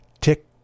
tick